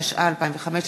התשע"ו 2015,